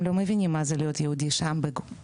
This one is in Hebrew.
הם לא מבינים מה זה להיות יהודי שם בגלות